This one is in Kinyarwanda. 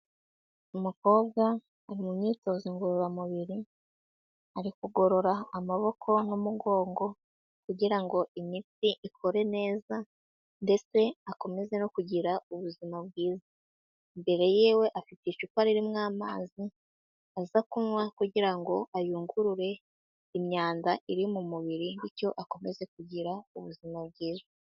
Umukobwa ari mu myitozo ngororamubiri ari kugorora amaboko n'umugongo kugira ngo imitsi ikore neza ndetse akomeze no kugira ubuzima bwiza, imbere yiwe afite icupa ririmo amazi aza kunywa kugira ngo ayungurure imyanda iri mu mubiri, bityo akomeze kugira ubuzima bwiza.